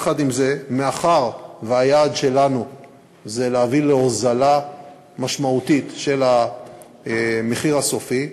מאחר שהיעד שלנו הוא להביא להוזלה משמעותית של המחיר הסופי,